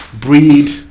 breed